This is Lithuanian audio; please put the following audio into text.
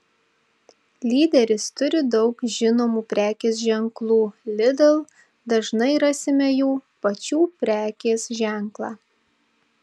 lyderis turi daug žinomų prekės ženklų lidl dažnai rasime jų pačių prekės ženklą